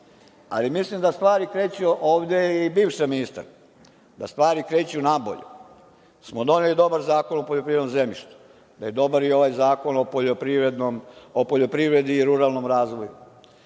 ali mislim da stvari kreću, ovde je i bivša ministarka, da stvari kreću nabolje, jer smo doneli dobar Zakon o poljoprivredom zemljištu, da je dobar i ovaj Zakon o poljoprivredi i ruralnom razvoju,